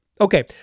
Okay